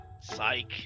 psych